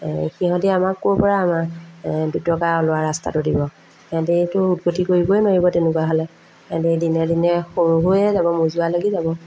সিহঁতি আমাক ক'ৰপৰা আমাক দুটকা লোৱাৰ ৰাস্তাটো দিব সিহঁতিতো উৎপত্তি কৰিবই নোৱাৰিব তেনেকুৱা হ'লে সেহেঁতি দিনে দিনে সৰু হৈয়ে যাব মোজোৰা লাগি যাব